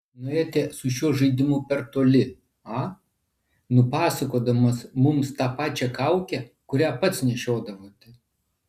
nuėjote su šiuo žaidimu per toli a nupasakodamas mums tą pačią kaukę kurią pats nešiodavote